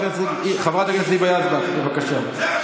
חברת הכנסת היבה יזבק, בבקשה.